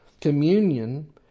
Communion